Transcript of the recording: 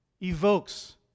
evokes